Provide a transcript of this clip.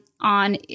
on